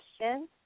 question